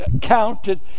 counted